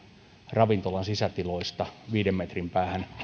ravintolan sisätiloista viiden metrin päässä